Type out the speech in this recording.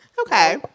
Okay